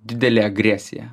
didelė agresija